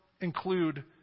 include